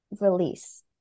release